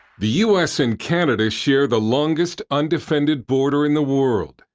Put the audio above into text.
the u s. and canada share the longest undefended border in the world.